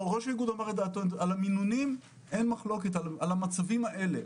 על המינונים אין מחלוקת, על המצבים האלה.